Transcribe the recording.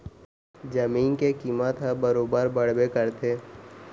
जमीन के कीमत ह बरोबर बड़बे करथे